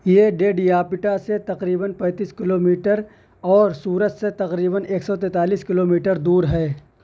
یہ ڈیڈیاپٹا سے تقریباً پیتیس کلو میٹر اور سورت سے تقریباً ایک سو تینتالیس کلو میٹر دور ہے